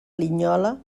linyola